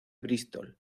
bristol